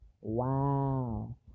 Wow